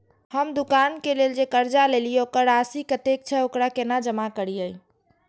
हम दुकान के लेल जे कर्जा लेलिए वकर राशि कतेक छे वकरा केना जमा करिए?